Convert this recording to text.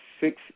six